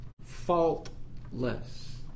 Faultless